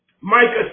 Micah